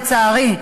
לצערי,